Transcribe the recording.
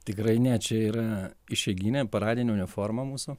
tikrai ne čia yra išeiginė paradinė uniforma mūsų